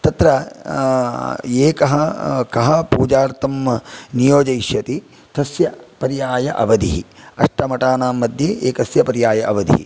तत्र एकः कः पूजार्थं नियोजयिष्यति तस्य पर्याय अवधिः अष्टमठानां मध्ये एकस्य पर्याय अवधिः